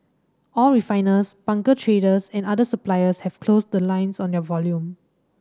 all refiners bunker traders and other suppliers have closed the lines on their volume